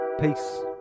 Peace